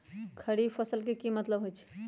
खरीफ फसल के की मतलब होइ छइ?